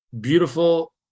beautiful